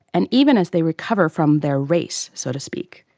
and even as they recover from their race so to speak.